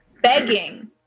begging